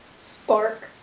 Spark